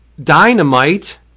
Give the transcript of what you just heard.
Dynamite